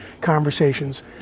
conversations